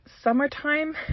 summertime